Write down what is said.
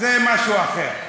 זה משהו אחר.